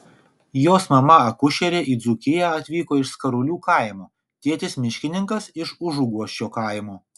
jos mama akušerė į dzūkiją atvyko iš skarulių kaimo tėtis miškininkas iš užuguosčio kaimo